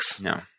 No